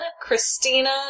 Christina